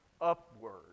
upward